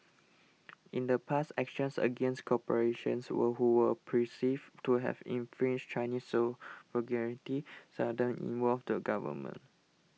in the past actions against corporations who were perceived to have infringed Chinese seldom involved the government